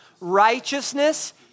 righteousness